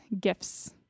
gifts